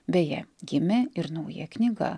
beje gimė ir nauja knyga